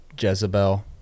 Jezebel